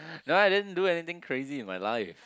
no I didn't do anything crazy in my life